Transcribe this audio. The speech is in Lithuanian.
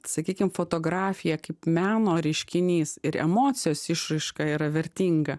sakykim fotografija kaip meno reiškinys ir emocijos išraiška yra vertinga